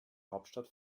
hauptstadt